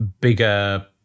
bigger